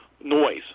noise